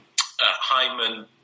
Hyman